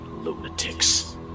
Lunatics